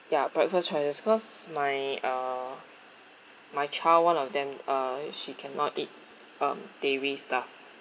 ya breakfast choices because my uh my child one of them uh she cannot eat um dairy stuff